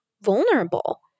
vulnerable